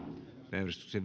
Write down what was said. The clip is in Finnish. töissä